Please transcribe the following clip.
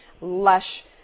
lush